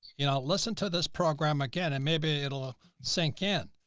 you know, listen to this program again, and maybe it'll ah sink in.